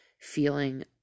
feeling